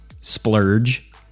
splurge